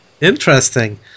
Interesting